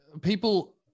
people